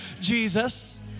Jesus